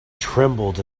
trembled